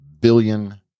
billion